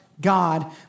God